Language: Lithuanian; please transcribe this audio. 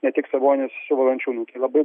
ne tik sabonis su valančiūnu tai labai